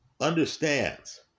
understands